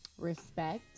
respect